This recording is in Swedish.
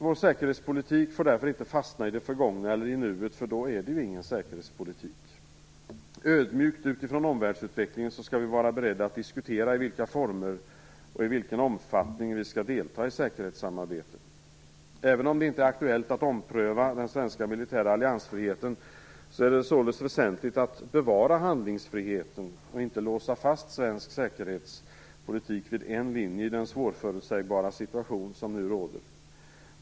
Vår säkerhetspolitik får därför inte fastna i det förgångna eller i nuet, eftersom det då inte är någon säkerhetspolitik. Ödmjukt utifrån omvärldsutvecklingen skall vi vara beredda att diskutera i vilka former och i vilken omfattning som vi skall delta i säkerhetssamarbete. Även om det inte är aktuellt att ompröva den svenska militära alliansfriheten är det således väsentligt att bevara handlingsfriheten och inte låsa fast svensk säkerhetspolitik vid en linje i den svårförutsägbara situation som nu råder.